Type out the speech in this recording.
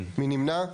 מי נמנע?